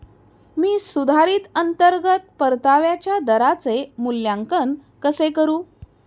मी सुधारित अंतर्गत परताव्याच्या दराचे मूल्यांकन कसे करू?